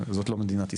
זו לא מדינת ישראל.